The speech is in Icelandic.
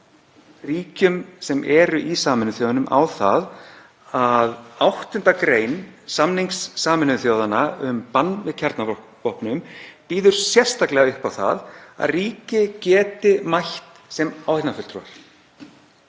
ríkjum sem eru í Sameinuðu þjóðunum á að 8. gr. samnings Sameinuðu þjóðanna um bann við kjarnorkuvopnum býður sérstaklega upp á það að ríki geti mætt sem áheyrnarfulltrúar